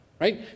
right